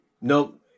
nope